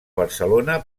barcelona